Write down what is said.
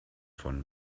von